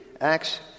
Acts